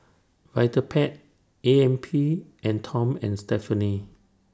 Vitapet A M P and Tom and Stephanie